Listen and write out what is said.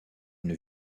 une